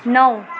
नौ